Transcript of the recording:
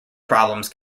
problems